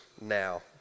now